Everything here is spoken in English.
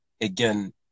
again